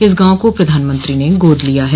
इस गांव को प्रधानमंत्री ने गोद लिया है